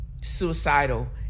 suicidal